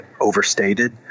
overstated